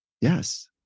yes